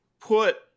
put